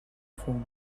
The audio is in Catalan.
fum